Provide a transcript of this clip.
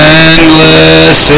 endless